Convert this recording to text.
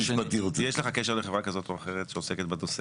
יש לך קשר לחברה כזאת או אחרת שעוסקת בנושא?